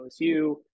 OSU